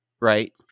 right